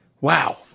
Wow